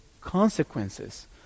consequences